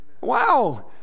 wow